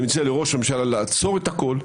אני מציע לראש הממשלה לעצור את הכול,